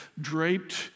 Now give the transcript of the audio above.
draped